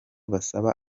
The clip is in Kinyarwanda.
basaba